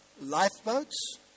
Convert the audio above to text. lifeboats